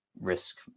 risk